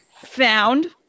found